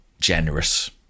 generous